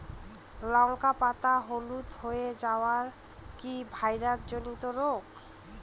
লঙ্কা পাতা হলুদ হয়ে যাওয়া কি ভাইরাস জনিত রোগ?